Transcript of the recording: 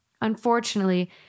Unfortunately